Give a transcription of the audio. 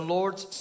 Lord's